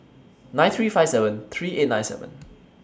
nine three five seven three eight nine seven